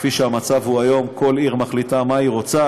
שכפי שהמצב הוא היום, שכל עיר מחליטה מה היא רוצה,